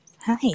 Hi